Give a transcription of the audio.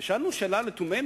ושאלנו שאלה לתומנו,